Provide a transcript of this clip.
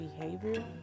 behavior